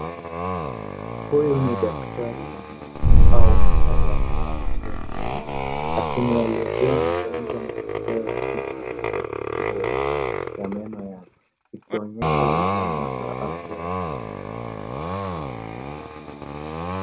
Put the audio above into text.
Huyu ni daktari wa meno, au mtaalamu wa afya ya meno akimwelezea mgonjwa matokeo ya picha ya eksrei ya meno yake ikionyesha huduma za afya ya meno.